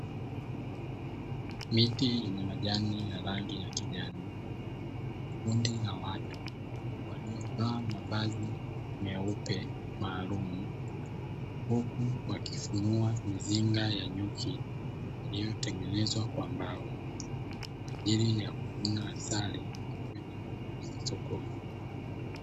Miti yenye majani ya rangi ya kijani, kundi la watu waliovaa mavazi meupe maalumu, huku wakifunua mizinga ya nyuki iliyotengenezwa kwa mbao kwa ajili ya kuvuna asali na kwenda kuuza sokoni.